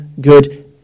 good